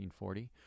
1940